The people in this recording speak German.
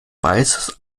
weißes